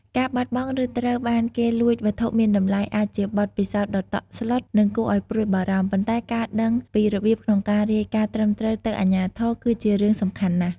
ការបាត់បង់ ឬត្រូវបានគេលួចវត្ថុមានតម្លៃ អាចជាបទពិសោធន៍ដ៏តក់ស្លុត និងគួរឲ្យព្រួយបារម្ភ ប៉ុន្តែការដឹងពីរបៀបក្នុងការរាយការណ៍ត្រឹមត្រូវទៅអាជ្ញាធរ គឺជារឿងសំខាន់ណាស់។